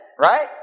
right